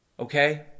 Okay